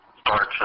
starts